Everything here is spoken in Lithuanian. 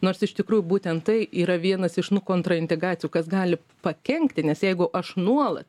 nors iš tikrųjų būtent tai yra vienas iš nu kontraindikacijų kas gali pakenkti nes jeigu aš nuola